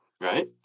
Right